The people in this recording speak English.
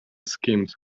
schemes